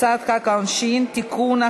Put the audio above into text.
הצעת חוק העונשין (תיקון,